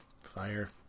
fire